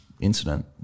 incident